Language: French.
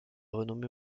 renommée